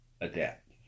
adapt